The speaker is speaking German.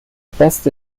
beste